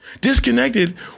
Disconnected